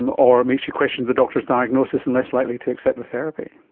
um or it makes you question the doctor's diagnosis and less likely to accept the therapy.